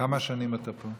כמה שנים אתה פה?